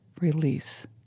release